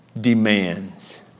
demands